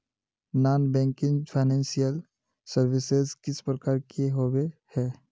Non banking financial services किस प्रकार के होबे है?